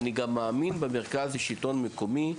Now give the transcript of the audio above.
אני גם מאמין במרכז לשלטון מקומי,